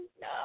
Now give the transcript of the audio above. no